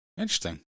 Interesting